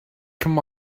come